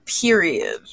Period